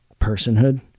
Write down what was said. personhood